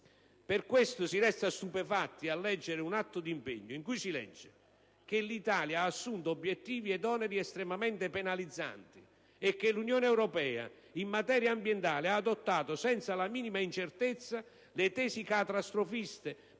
Per questo si resta stupefatti nel leggere un atto di impegno in cui si dice che «l'Italia ha assunto obbiettivi ed oneri estremamente penalizzanti» e che «l'Unione europea in materia ambientale ha adottato senza la minima incertezza le tesi catastrofiste